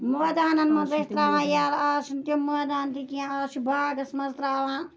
مٲدانَن مَنٛز ٲسۍ تراوان یَلہٕ آز چھنہٕ تِم مٲدان تہِ کینٛہہ آز چھ باغَس مَنٛز تراوان